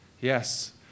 Yes